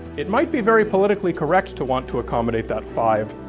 it might be very politically correct to want to accommodate that five,